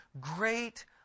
great